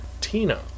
Tina